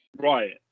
Right